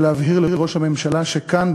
ולהבהיר לראש הממשלה שכאן,